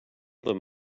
them